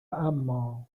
اما